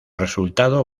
resultado